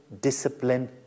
discipline